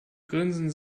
grinsen